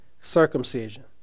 circumcision